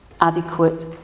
adequate